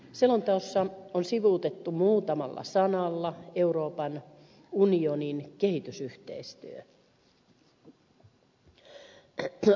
selonteossa on sivuutettu muutamalla sanalla euroopan unionin kehitysyhteistyö